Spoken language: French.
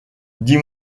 dis